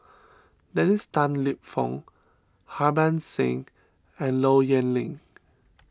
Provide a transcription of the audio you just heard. Dennis Tan Lip Fong Harbans Singh and Low Yen Ling